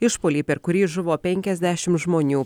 išpuolį per kurį žuvo penkiasdešim žmonių